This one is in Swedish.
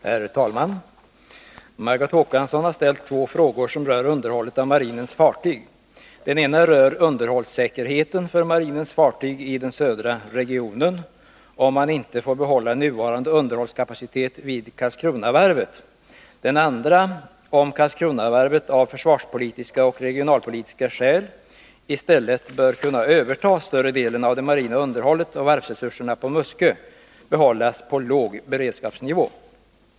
Herr talman! Margot Håkansson har ställt två frågor som rör underhållet av marinens fartyg. Den ena gäller underhållssäkerheten för marinens fartyg iden södra regionen, om man inte får behålla nuvarande underhållskapacitet vid Karlskronavarvet. Den andra gäller huruvida Karlskronavarvet av försvarspolitiska och regionalpolitiska skäl i stället bör kunna överta större delen av det marina underhållet och varvsresurserna på Muskö behållas på låg beredskapsnivå.